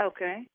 Okay